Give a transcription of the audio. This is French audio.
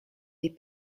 des